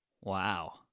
Wow